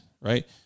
right